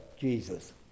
Jesus